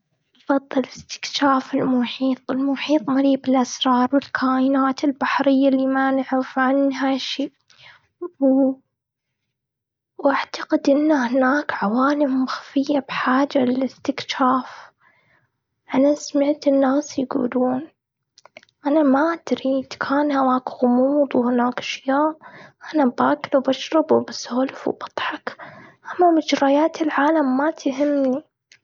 أفضل إستكشاف المحيط. المحيط مليئ بالأسرار والكائنات البحرية اللي ما نعرف عنها شئ. واعتقد إن هناك عوالم مخفية بحاجة للإستكشاف. أنا سمعت الناس يقولون، أنا ما ادري إذا كان هناك غموض وهناك أشياء. أنا باكل وبشرب، وبسولف، وبضحك، أما مجريات العالم ما تهمني.